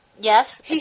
Yes